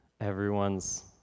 everyone's